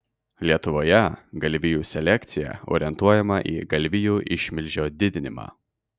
lietuvoje galvijų selekcija orientuojama į galvijų išmilžio didinimą